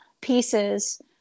pieces